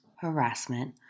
harassment